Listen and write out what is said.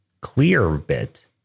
Clearbit